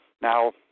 Now